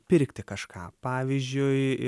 pirkti kažką pavyzdžiui